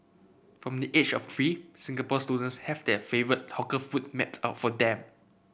from the age of three Singapore students have their favourite hawker food mapped out for them